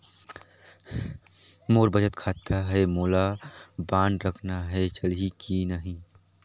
मोर बचत खाता है मोला बांड रखना है चलही की नहीं?